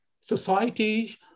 societies